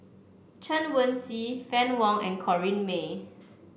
Chen Wen Hsi Fann Wong and Corrinne May